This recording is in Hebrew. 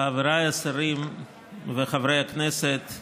חבריי השרים וחברי הכנסת,